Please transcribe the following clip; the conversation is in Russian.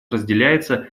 разделяется